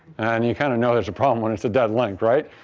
and you kind of know there's a problem when it's a dead link, right?